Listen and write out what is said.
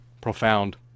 profound